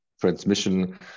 transmission